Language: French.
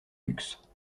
luxe